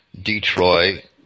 Detroit